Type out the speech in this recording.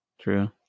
true